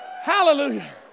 Hallelujah